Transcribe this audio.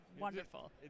wonderful